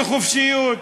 בחופשיות,